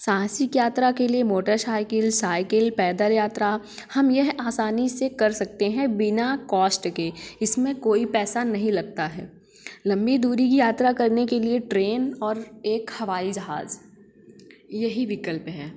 साहसिक यात्रा के लिए मोटर शाइकिल साइकिल पैदल यात्रा हम यह आसानी से कर सकते हैं बिना कॉस्ट के इसमें कोई पैसा नहीं लगता है लम्बी दूरी की यात्रा करने के लिए ट्रेन और एक हवाई जहाज़ यही विकल्प है